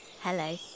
Hello